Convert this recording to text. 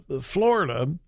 Florida